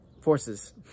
forces